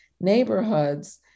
neighborhoods